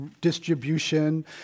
distribution